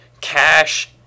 cash